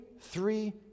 three